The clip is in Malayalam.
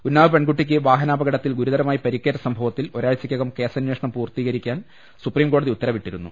ഉന്നാവ് പെൺകുട്ടിക്ക് വാഹനപ്കടത്തിൽ ഗുരുതരമായി പരി ക്കേറ്റ സംഭവത്തിൽ ഒരാഴ്ചക്കകം കേസന്വേഷണം പൂർത്തീക രിക്കാൻ സുപ്രീംകോടതി ഉത്തരവിട്ടിരുന്നു